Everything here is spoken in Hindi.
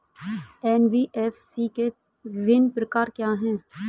एन.बी.एफ.सी के विभिन्न प्रकार क्या हैं?